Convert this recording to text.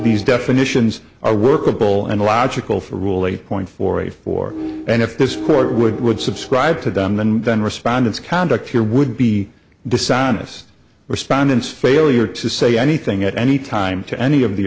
these definitions are workable and logical for rule eight point four eight four and if this court would would subscribe to them and then respondents conduct here would be dishonest respondents failure to say anything at any time to any of the